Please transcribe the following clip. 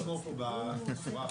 באתי לשמור פה בשורה האחורית.